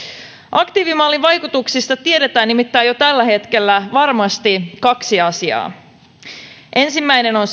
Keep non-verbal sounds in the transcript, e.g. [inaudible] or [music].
aktiivimallin vaikutuksista tiedetään nimittäin jo tällä hetkellä varmasti kaksi asiaa ensimmäinen on [unintelligible]